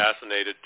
fascinated